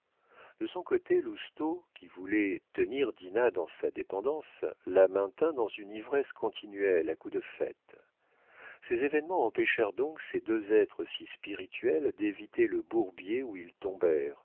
de son côté lousteau qui voulait tenir dinah dans sa dépendance la maintint dans une ivresse continuelle à coups de fêtes ces événements empêchèrent donc ces deux êtres si spirituels d'éviter le bourbier où ils